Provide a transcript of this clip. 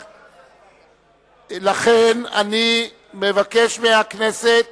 לכן, אני מבקש מהכנסת